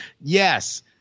Yes